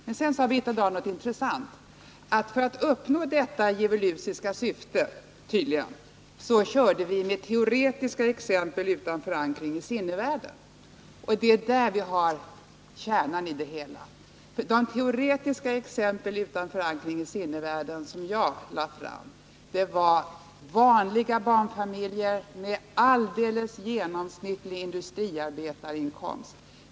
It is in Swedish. Men sedan sade Birgitta Dahl någonting intressant: För att uppnå detta nedbrytande syfte så körde vi med teoretiska exempel utan förankring i sinnevärlden. Det är där vi har kärnan i det hela. De teoretiska exempel utan förankring i sinnevärlden som jag lade fram utgjorde i stor utsträckning vanliga barnfamiljer med alldeles genomsnittlig industriarbetarinkomst.